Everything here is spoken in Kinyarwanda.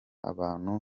abantu